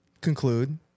conclude